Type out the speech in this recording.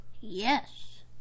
Yes